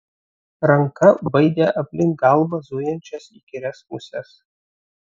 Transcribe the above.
ranka baidė aplink galvą zujančias įkyrias muses